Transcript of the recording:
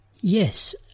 Yes